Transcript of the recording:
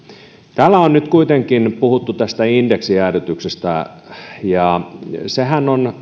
täällä on nyt kuitenkin puhuttu tästä indeksijäädytyksestä sehän on